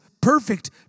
perfect